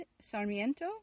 Sarmiento